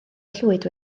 llwyd